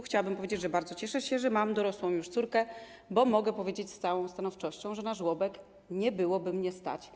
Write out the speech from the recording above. Chciałabym powiedzieć, że bardzo się cieszę, że mam dorosłą już córkę, bo mogę powiedzieć z całą stanowczością, że na żłobek nie byłoby mnie stać.